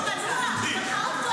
--- עוד כוח